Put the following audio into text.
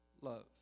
Love